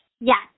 Yes